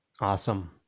awesome